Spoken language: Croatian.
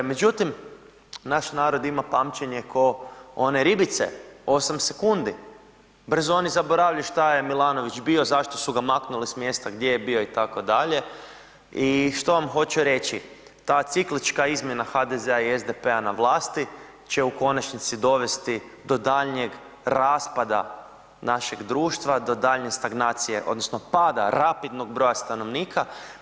Međutim, naš narod ima pamćenje ko one ribice, 8 sekundi, brzo oni zaboravljaju što je Milanović bio zašto su ga manuli s mjesta gdje je bio itd. i što vam hoću reći, ta ciklička izmjena HDZ-a i SDP-a na vlasti će u konačnici dovesti do daljnjeg raspada našeg društva, do daljnje stagnacije odnosno pada rapidnog broja stanovnika.